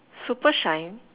super shine